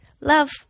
Love